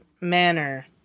manner